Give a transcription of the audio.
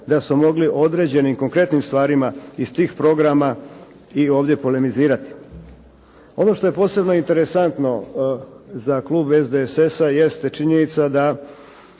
da smo mogli o određenim i konkretnim stvarima iz tih programa i ovdje polemizirati. Ono što je posebno interesantno za Klub SDSS-a jest činjenica da